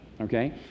okay